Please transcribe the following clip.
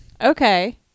Okay